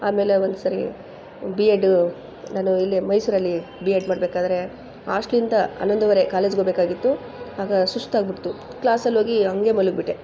ಆಮೇಲೆ ಒಂದು ಸರಿ ಬಿ ಎಡು ನಾನು ಇಲ್ಲೇ ಮೈಸೂರಲ್ಲಿ ಬಿ ಎಡ್ ಮಾಡಬೇಕಾದ್ರೆ ಆಸ್ಟ್ಲಿಂದ ಹನ್ನೊಂದುವರೆ ಕಾಲೇಜ್ಗೋಗ್ಬೇಕಾಗಿತ್ತು ಆಗ ಸುಸ್ತಾಗಿಬಿಡ್ತು ಕ್ಲಾಸಲ್ಲಿ ಹೋಗಿ ಹಂಗೆ ಮಲಗಿಬಿಟ್ಟೆ